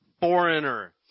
foreigner